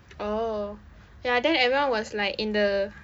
oh ya then everyone was like in the